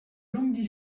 longues